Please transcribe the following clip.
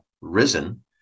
risen